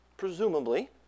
Presumably